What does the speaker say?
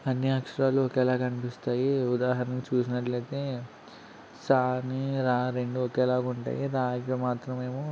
అన్ని అక్షరాలు ఒకేలాగ కనిపిస్తాయి ఉదాహరణ చూసినట్లయితే సాని రా రెండు ఒకేలాగా ఉంటాయి దానికి మాత్రమేమో